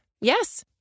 Yes